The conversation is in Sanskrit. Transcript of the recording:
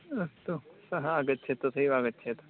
अस्तु सः आगच्छेत् तथैव आगच्छेत्